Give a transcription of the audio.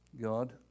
God